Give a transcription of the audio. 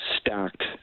stacked